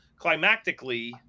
Climactically